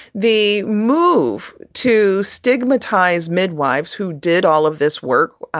the move to stigmatize midwives who did all of this work.